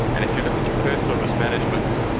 and if you look at your personal risk management,